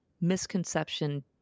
misconception